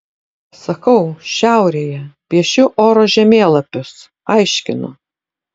sakau šiaurėje piešiu oro žemėlapius aiškinu